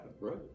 Right